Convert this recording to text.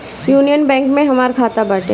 union Bank में हमार खाता बाटे